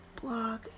blog